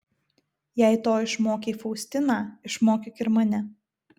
jei to išmokei faustiną išmokyk ir mane